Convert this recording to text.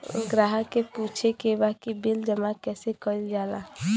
ग्राहक के पूछे के बा की बिल जमा कैसे कईल जाला?